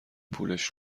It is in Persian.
پولش